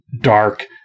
dark